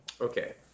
Okay